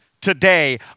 today